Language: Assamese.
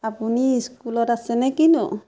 আপুনি স্কুলত আছেনে কিনো